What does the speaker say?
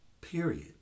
period